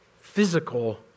physical